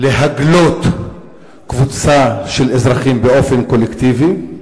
להגלות קבוצה של אזרחים באופן קולקטיבי.